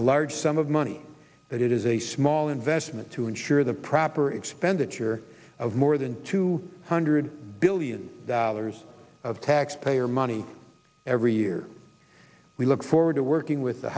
a large sum of money that it is a small investment to ensure the proper expenditure of more than two hundred billion of taxpayer money every year we look forward to working with the